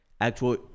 actual